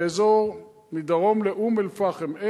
מדרום לאום-אל-פחם,